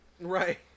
Right